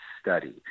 study